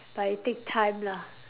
but it take time lah